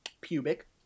Pubic